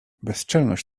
bezczelność